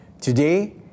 Today